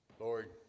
Lord